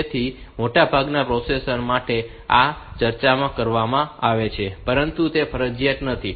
તેથી મોટાભાગના પ્રોસેસર માટે તે આ ચર્ચામાં કરવામાં આવે છે પરંતુ તે ફરજિયાત નથી